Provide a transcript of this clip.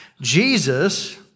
Jesus